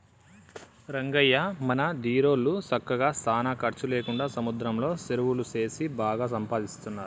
రంగయ్య మన దీరోళ్ళు సక్కగా సానా ఖర్చు లేకుండా సముద్రంలో సెరువులు సేసి బాగా సంపాదిస్తున్నారు